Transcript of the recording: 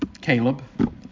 Caleb